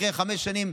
אחרי חמש שנים,